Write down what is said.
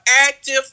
active